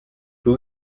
who